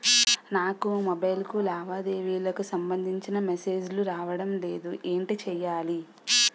నాకు మొబైల్ కు లావాదేవీలకు సంబందించిన మేసేజిలు రావడం లేదు ఏంటి చేయాలి?